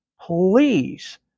please